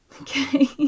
okay